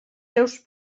seus